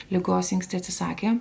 ligos inkstai atsisakė